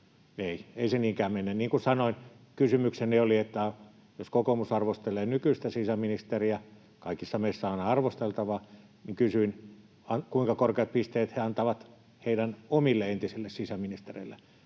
ei se niinkään mene. Niin kuin sanoin, kysymykseni oli, että jos kokoomus arvostelee nykyistä sisäministeriä — kaikissa meissä on arvosteltavaa — niin kysyin, kuinka korkeat pisteet he antavat heidän omille entisille sisäministereille,